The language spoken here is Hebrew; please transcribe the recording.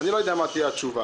אני לא יודע מה תהיה התשובה.